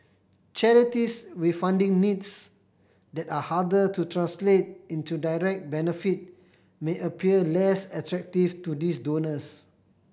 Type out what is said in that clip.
charities with funding needs that are harder to translate into direct benefit may appear less attractive to these donors